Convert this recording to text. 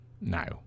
Now